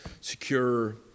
secure